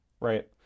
right